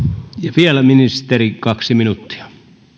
vielä ministeri kaksi minuuttia